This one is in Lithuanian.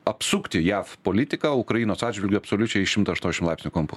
apsukti jav politiką ukrainos atžvilgiu absoliučiai šimtu aštuoniasdešim laipsnių kampu